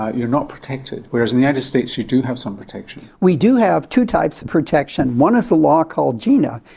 ah you're not protected, whereas in the united states you do have some protection. we do have two types of protection. one is the law called gina,